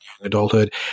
adulthood